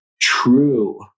true